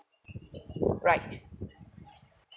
right